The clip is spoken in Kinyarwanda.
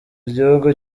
igihugu